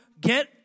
get